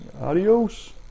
Adios